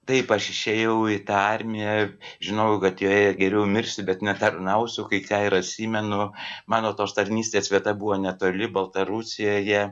taip aš išėjau į tą armiją žinojau kad joje geriau mirsiu bet netarnausiu kai ką ir atsimenu mano tos tarnystės vieta buvo netoli baltarusijoje